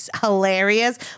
hilarious